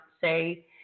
say